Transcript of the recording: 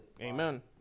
Amen